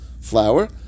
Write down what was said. flour